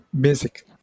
basic